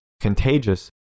contagious